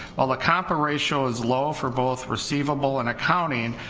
while the compa ratio is low for both receivable and accounting,